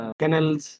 canals